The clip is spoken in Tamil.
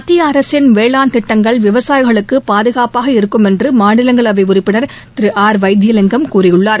மத்திய அரசின் வேளாண் திட்டங்கள் விவசாயிகளுக்கு பாதுகாப்பாக இருக்கும் என்று மாநிலங்களவை உறுப்பினர் திரு ஆர் வைத்தியலிங்கம் கூறியுள்ளார்